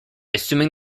assuming